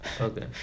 Okay